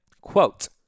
Quote